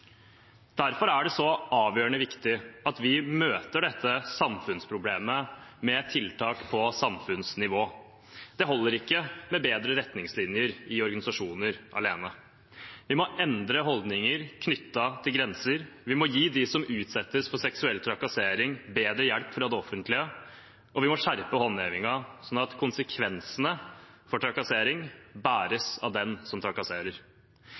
Derfor er det så avgjørende viktig at vi møter dette samfunnsproblemet med tiltak på samfunnsnivå. Det holder ikke med bedre retningslinjer i organisasjoner alene. Vi må endre holdninger knyttet til grenser, vi må gi dem som utsettes for seksuell trakassering, bedre hjelp fra det offentlige, og vi må skjerpe håndhevingen, slik at konsekvensene av trakassering bæres av den som trakasserer.